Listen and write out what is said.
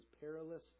perilous